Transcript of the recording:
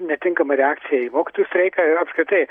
netinkama reakcija į mokytojų streiką ir apskritai